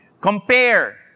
compare